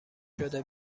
شده